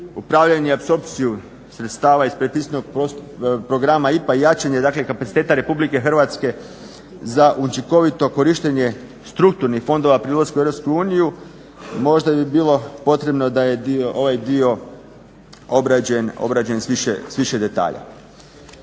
upravljanje i apsorpciju sredstava iz predpristupnog programa IPA i jačanje, dakle kapaciteta Republike Hrvatske za učinkovito korištenje strukturnih fondova pri ulasku u EU, možda bi bilo potrebno da je ovaj dio obrađen sa više detalja.